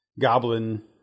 goblin